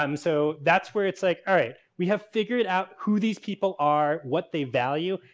um so, that's where it's like all right, we have figured out who these people are, what they value.